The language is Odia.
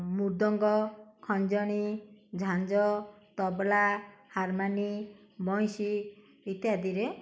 ମୃଦଙ୍ଗ ଖଞ୍ଜଣି ଝାଞ୍ଜ ତବଲା ହାରମାନି ବଇଁଶି ଇତ୍ୟାଦିରେ